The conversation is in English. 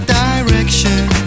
direction